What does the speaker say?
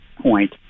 point